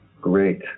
Great